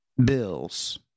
Bills